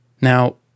Now